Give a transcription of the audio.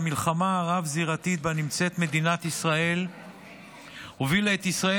המלחמה הרב-זירתית שבה נמצאת מדינת ישראל הובילה את ישראל